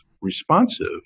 responsive